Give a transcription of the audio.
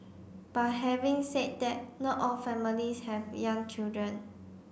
but having said that not all families have young children